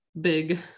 big